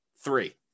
three